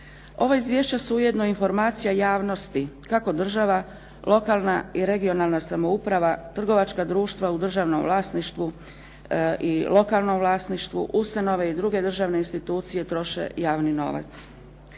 Ova izvješća su ujedno informacija javnosti kako država, lokalna i regionalna samouprava, trgovačka društva u državnom vlasništvu i lokalnom vlasništvu, ustanove i druge državne institucije troše javni novac.